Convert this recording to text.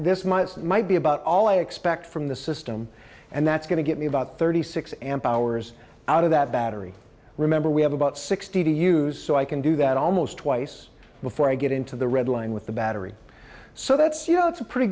this month that might be about all i expect from the system and that's going to get me about thirty six amp hours out of that battery remember we have about sixty to use so i can do that almost twice before i get into the red line with the battery so that's you know it's a pretty